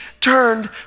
turned